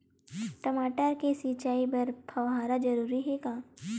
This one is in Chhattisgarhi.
टमाटर के सिंचाई बर फव्वारा जरूरी हे का?